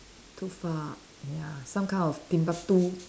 too far ya some kind of Timbuktu